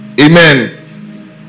Amen